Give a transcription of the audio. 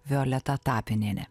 violeta tapinienė